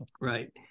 Right